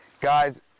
guys